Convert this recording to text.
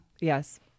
Yes